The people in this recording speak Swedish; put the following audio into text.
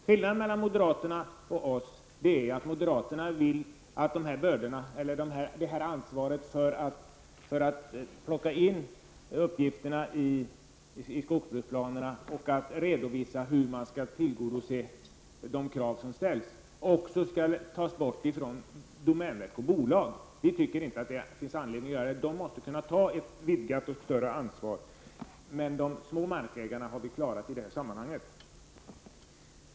Skillnaden mellan moderaterna och oss är att moderaterna vill att ansvaret för att plocka in uppgifterna i skogsbruksplanerna och redovisa hur de krav som ställs skall tillgodoses också skall tas bort från domänverk och bolag. Vi tycker inte att det finns någon anledning till det, utan dessa måste kunna ta ett vidgat och större ansvar. Men de små markägarna har vi alltså klarat i det här sammanhanget.